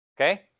Okay